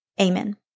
Amen